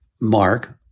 Mark